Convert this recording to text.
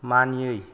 मानियै